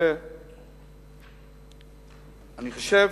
אני חושב,